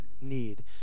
need